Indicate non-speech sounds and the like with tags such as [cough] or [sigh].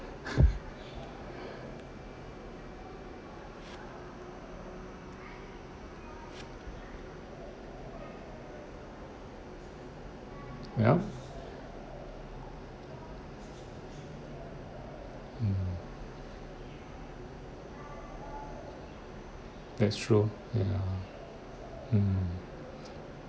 [laughs] yup mm that's true ya mm